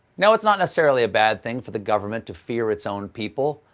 now, it's not necessarily a bad thing for the government to fear its own people.